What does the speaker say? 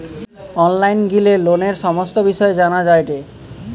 online গিলে লোনের সমস্ত বিষয় জানা যায়টে